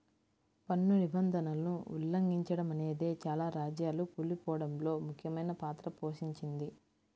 పన్ను నిబంధనలను ఉల్లంఘిచడమనేదే చాలా రాజ్యాలు కూలిపోడంలో ముఖ్యమైన పాత్ర పోషించింది